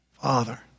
Father